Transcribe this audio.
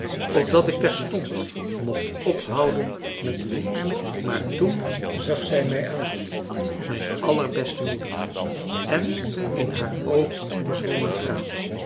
of dat ik terstond mocht ophouden met leven maar toen zag zij mij aan mijn allerbeste moeder en in haar oog zwom een traan